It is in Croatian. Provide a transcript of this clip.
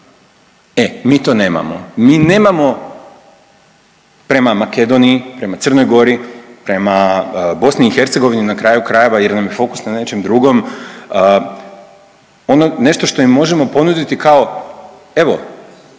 e mi to nemamo, mi nemamo prema Makedoniji, prema Crnoj Gori, prema BiH na kraju krajeva jer nam je fokus na nečem drugom ono nešto što im možemo ponuditi kao evo